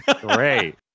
great